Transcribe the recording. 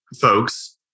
folks